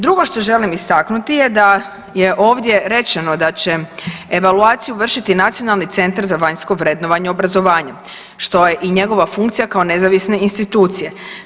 Drugo što želim istaknuti je da je ovdje rečeno da će evaluaciju vršiti Nacionalni centar za vanjsko vrednovanje obrazovanja što je i njegova funkcija kao nezavisne institucije.